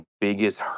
biggest